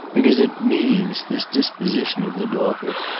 because it means, this disposition of the daughter,